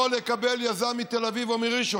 יכול לקבל יזם מתל אביב או מראשון.